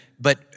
But-